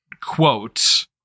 quote